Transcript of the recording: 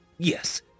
Yes